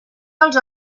dels